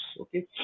Okay